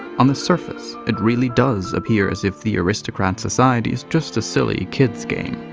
on the surface, it really does appear as if the aristocrat's society is just a silly kids game,